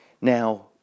Now